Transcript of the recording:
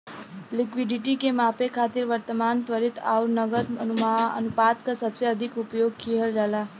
liquidity के मापे खातिर वर्तमान, त्वरित आउर नकद अनुपात क सबसे अधिक उपयोग किहल जाला